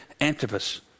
Antipas